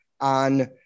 on